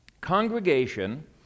congregation